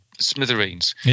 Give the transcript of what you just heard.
Smithereens